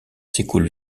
s’écoule